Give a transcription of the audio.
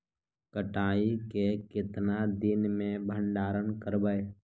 कटाई के कितना दिन मे भंडारन करबय?